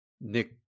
Nick